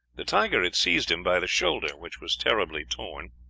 the tiger had seized him by the shoulder, which was terribly torn,